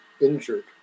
injured